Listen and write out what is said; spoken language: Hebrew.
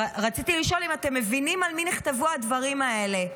רציתי לשאול אם אתם מבינים על מי נכתבו הדברים האלה.